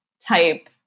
type